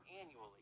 annually